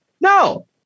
No